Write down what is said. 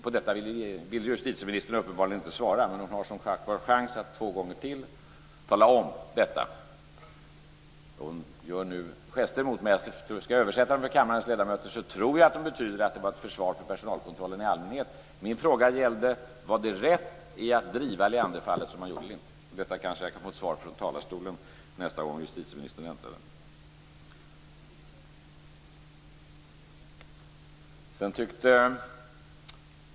På detta vill justitieministern uppenbarligen inte svara, men hon har som sagt chansen två gånger till att tala om detta. Justitieministern gör nu gester mot mig. Om jag skall översätta dem för kammarens ledamöter så tror jag att de betyder att det var ett försvar för personalkontrollen i allmänhet. Min fråga gällde: Var det rätt att driva Leanderfallet som man gjorde? På detta kanske jag kan få ett svar från talarstolen nästa gång justitieministern äntrar den.